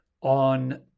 on